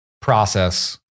process